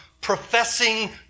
professing